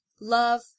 love